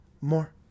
more